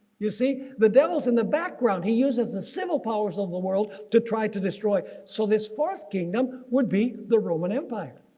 you see the devil's in the background. he uses the civil powers of the world to try to destroy. so this fourth kingdom would be the roman empire.